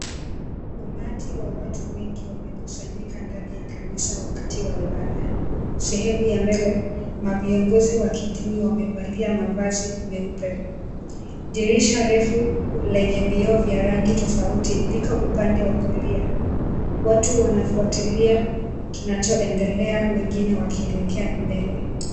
Umati wa watu wengi wamekusanyika ndani ya kanisa wakati wa ibada. sehemu ya mbele maviongozi wa kidini wamevalia mavazi meupe. Dirisha refu lenye vioo vya rangi tofauti liko upande wa kulia. Watu wanafuatilia kinachoendelea wengine wakielekea mbele.